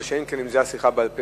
מה שאין כן אם זאת היתה שיחה בעל-פה.